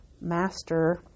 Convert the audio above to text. master